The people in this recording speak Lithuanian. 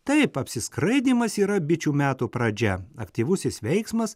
taip apsiskraidymas yra bičių metų pradžia aktyvusis veiksmas